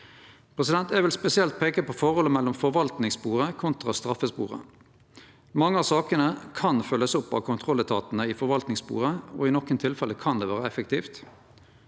Eg vil spesielt peike på forholdet mellom forvaltningssporet kontra straffesporet. Mange av sakene kan følgjast opp av kontrolletatane i forvaltningssporet og i nokre tilfelle kan det vere effektivt.